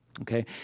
Okay